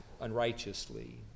unrighteously